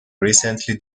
recently